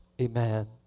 Amen